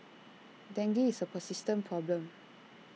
dengue is A persistent problem